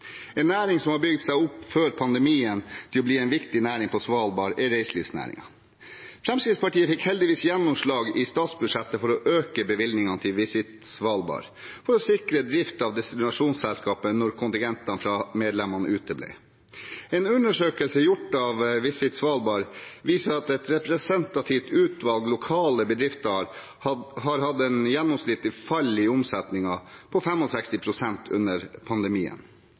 En næring som før pandemien har bygd seg opp til å bli en viktig næring på Svalbard, er reiselivsnæringen. Fremskrittspartiet fikk heldigvis gjennomslag i statsbudsjettet for å øke bevilgningene til Visit Svalbard for å sikre drift av destinasjonsselskapet når kontingentene fra medlemmene uteblir. En undersøkelse gjort av Visit Svalbard viser at et representativt utvalg av lokale bedrifter har hatt et gjennomsnittlig fall i omsetningen på 65 pst. under pandemien.